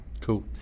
Cool